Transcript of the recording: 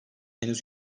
henüz